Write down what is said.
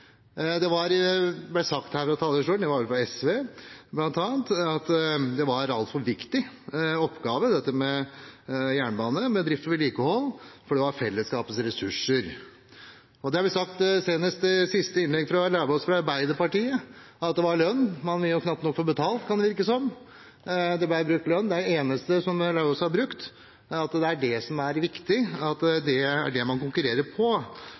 det var vel fra SV, bl.a. – at dette med drift og vedlikehold av jernbanen var viktig, for det var fellesskapets ressurser. Og det er blitt sagt, senest i siste innlegg fra representanten Lauvås fra Arbeiderpartiet, at når det gjelder lønn, ville man knapt nok få betalt, kan det virke som. Det ble brukt lønn – det er det eneste som Lauvås har brukt, det er det som er viktig, og det er det man konkurrerer på.